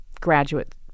graduate